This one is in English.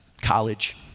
college